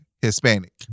Hispanic